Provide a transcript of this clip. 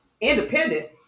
independent